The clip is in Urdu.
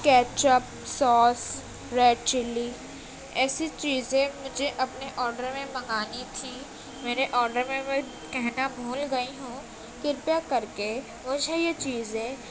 کیچپ سوس ریڈ چلّی ایسی چیزیں مجھے اپنے آرڈر میں منگانی تھی میں نے آرڈر میں میں کہنا بھول گئی ہوں کرپیا کر کے مجھے یہ چیزیں